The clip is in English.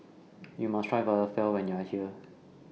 YOU must Try Falafel when YOU Are here